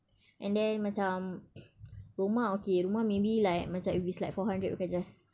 and then macam rumah okay rumah maybe like macam if it's like four hundred we can just